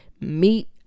meet